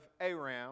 Aram